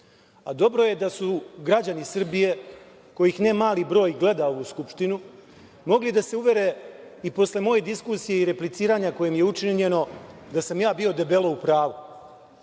Dobro je da su građani Srbije, kojih ne mali broj gleda ovu Skupštinu, mogli da se uvere i posle moje diskusije i repliciranja koje im je učinjeno, da sam bio debelo u pravo,